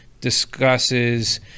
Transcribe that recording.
discusses